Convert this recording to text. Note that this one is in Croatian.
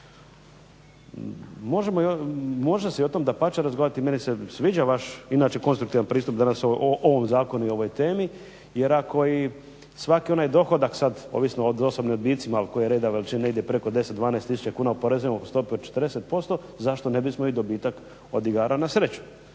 Možemo se i o tom dapače razgovarati meni se sviđa vaš inače konstruktivan pristup danas o ovom zakonu i ovoj temi. Jer ako i svaki onaj dohodak sad ovisno o osobnim odbicima koji reda veličine ide preko 10, 12000 kuna oporezujemo po stopi od 40% zašto ne bismo i dobitak od igara na sreću.